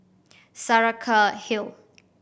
Saraca Hill